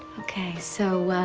ok. so,